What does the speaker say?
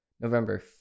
November